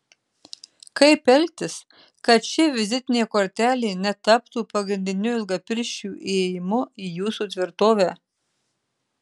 kaip elgtis kad ši vizitinė kortelė netaptų pagrindiniu ilgapirščių įėjimu į jūsų tvirtovę